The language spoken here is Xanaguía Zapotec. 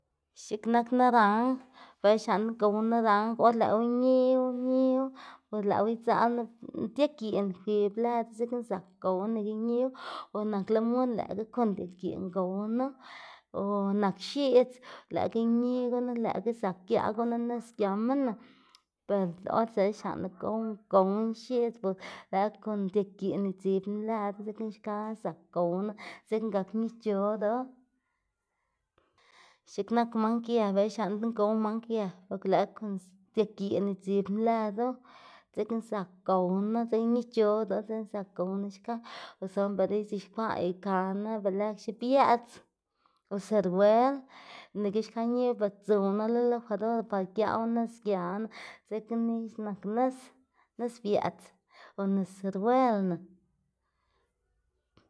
X̱iꞌk nak naranj bela xlaꞌndná gowná naranj or lëꞌwu ñiwu ñiwu bo lëꞌwu idzaꞌl nup dia giꞌn kwib lëdu dzekna zak gowná nike ñiwu o nak limun lëꞌkga kon dia giꞌn kon gownu o nak x̱iꞌdz lëꞌkga ñi gunu lëꞌkga zak giaꞌ gunu nis giamana ber or bela xlaꞌnma gow gowná x̱iꞌdz bo lëꞌkga kon dia giꞌn idzibná lëdu dzekna xka zak gowná dzekna gak ñic̲h̲odu x̱iꞌk nak mang yë bela xlaꞌndná gowná mang yë boke lëꞌkga kon dia giꞌn idzibná lëdu dzekna zak gownu dzekna ñic̲h̲odu dzekna zak gownu xka o suna bela ix̱uxkwaꞌ ikaná be lëxe biëꞌts o siruel nike xka ñiwu be dzuwnu lo licuador par giaꞌwu nis gianá dzekna nix nak nis, nis biëꞌts o nis siruelna.